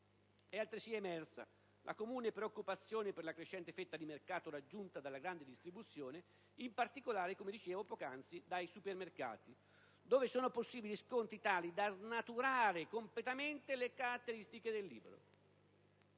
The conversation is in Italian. È altresì emersa la comune preoccupazione per la crescente fetta di mercato raggiunta dalla grande distribuzione, in particolare dai supermercati, dove sono possibili sconti tali da snaturare le caratteristiche proprie del libro.